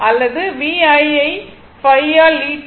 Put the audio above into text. அல்லது v I யை ϕ ஆல் லீட் செய்கிறது